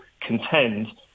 contend